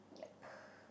yup